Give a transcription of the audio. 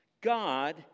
God